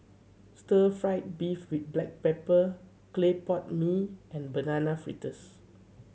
stir fried beef with black pepper clay pot mee and Banana Fritters